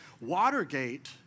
Watergate